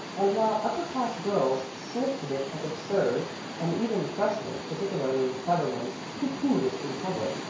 and while upper-class girls sniffed at it as absurd and even freshmen, particularly the clever ones, pooh-poohed it in public,